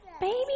Baby